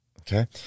Okay